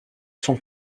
sont